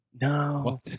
no